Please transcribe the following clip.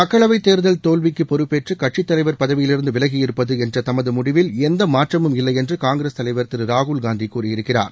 மக்களவைத் தேர்தல் தோல்விக்கு பொறுப்பேற்று கட்சித் தலைவர் பதவியிலிருந்து விலகியிருப்பது என்ற தமது முடிவில் எந்த மாற்றமும் இல்லை என்று காங்கிரஸ் தலைவர் திரு ராகுல் காந்தி கூறியிருக்கிறார்